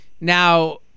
Now